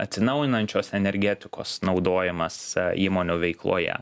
atsinaujinančios energetikos naudojimas įmonių veikloje